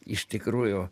iš tikrųjų